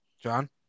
John